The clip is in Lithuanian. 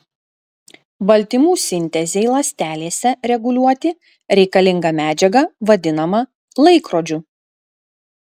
baltymų sintezei ląstelėse reguliuoti reikalinga medžiaga vadinama laikrodžiu